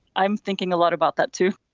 i'm thinking a lot about that, too,